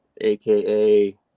AKA